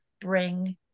bring